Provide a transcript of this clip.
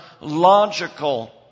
logical